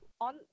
on